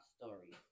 stories